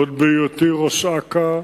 עוד בהיותי ראש אכ"א,